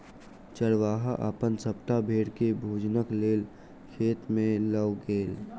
चरवाहा अपन सभटा भेड़ के भोजनक लेल खेत में लअ गेल